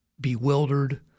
bewildered